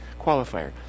qualifier